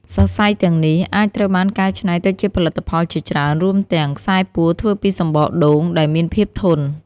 សរសៃទាំងនេះអាចត្រូវបានកែច្នៃទៅជាផលិតផលជាច្រើន រួមទាំង ខ្សែពួរធ្វើពីសំបកដូង ដែលមានភាពធន់។